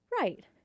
right